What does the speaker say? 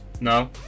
No